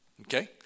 Okay